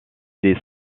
des